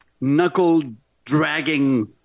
knuckle-dragging